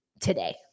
today